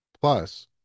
Plus